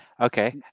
Okay